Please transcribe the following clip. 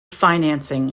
financing